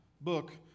book